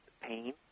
pain